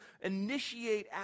initiate